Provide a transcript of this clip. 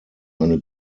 eine